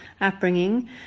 upbringing